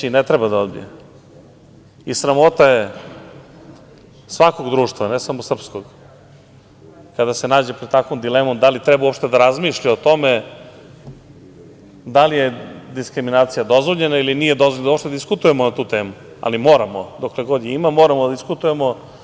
Neće i ne treba da odbije i sramota je svakog društva, ne samo srpskog, kada se nađe pred takvom dilemom da li treba uopšte da razmišlja o tome da li je diskriminacija dozvoljena ili nije dozvoljena, da uopšte diskutujemo na tu temu, ali moramo dokle god je ima, moramo da diskutujemo.